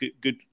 good